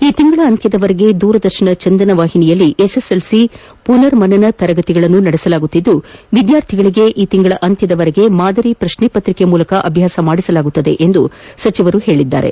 ಈ ತಿಂಗಳ ಅಂತ್ಯದವರೆಗೆ ದೂರದರ್ಶನ ಚಂದನ ವಾಹಿನಿಯಲ್ಲಿ ಎಸ್ಎಸ್ಎಲ್ಸಿ ಪುನರ್ ಮನನ ತರಗತಿಗಳನ್ನು ನಡೆಸಲಾಗಿದ್ಲು ವಿದ್ಯಾರ್ಥಿಗಳಿಗೆ ಈ ತಿಂಗಳ ಅಂತ್ಯದವರೆಗೆ ಮಾದರಿ ಪಶ್ಲೆಪತ್ರಿಕೆ ಮೂಲಕ ಅಭ್ಯಾಸ ಮಾಡಿಸಲಾಗುವುದು ಎಂದು ಅವರು ತಿಳಿಸಿದರು